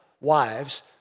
wives